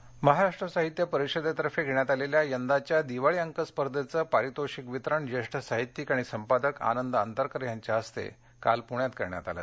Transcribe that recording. पुरस्कार महाराष्ट्र साहित्य परिषदेतर्फे घेण्यात आलेल्या यंदाच्या दिवाळी अंक स्पर्धेचे पारितोषिक वितरण ज्येष्ठ साहित्यिक आणि संपादक आनंद अंतरकर यांच्या हस्ते काल पुण्यात करण्यात आलं